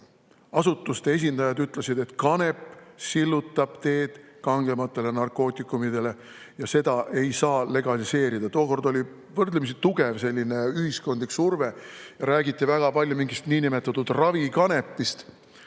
asutuste esindajad ütlesid, et kanep sillutab teed kangematele narkootikumidele ja seda ei saa legaliseerida. Tookord oli võrdlemisi tugev ühiskondlik surve: räägiti väga palju mingist niinimetatud ravikanepist,